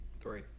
three